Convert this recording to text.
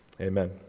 Amen